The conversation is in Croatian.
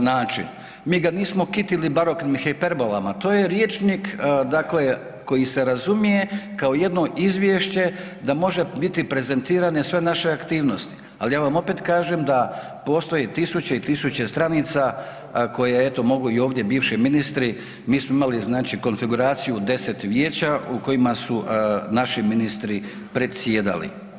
način, mi ga nismo kitili baroknim hiperbolama, to je rječnik dakle koji se razumije kao jedno izvješće da može biti prezentirane sve naše aktivnosti, ali ja vam opet kažem da postoje tisuće i tisuće stranica koje eto mogu i ovdje bivši ministri, mi smo imali znači konfiguraciju u 10 vijeća u kojima su naši ministri predsjedali.